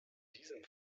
diesem